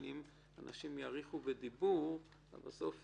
אם אנשים יאריכו בדיבור בסוף